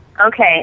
Okay